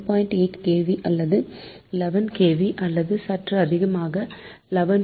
8 kV அல்லது 11 kV அல்லது சற்று அதிகமாக 11